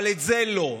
אבל את זה, לא.